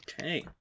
Okay